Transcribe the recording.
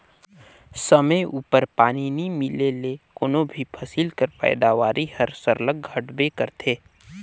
समे उपर पानी नी मिले ले कोनो भी फसिल कर पएदावारी हर सरलग घटबे करथे